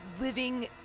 living